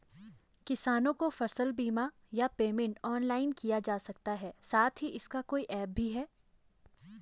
किसानों को फसल बीमा या पेमेंट ऑनलाइन किया जा सकता है साथ ही इसका कोई ऐप भी है?